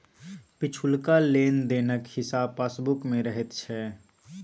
पिछुलका लेन देनक हिसाब पासबुक मे रहैत छै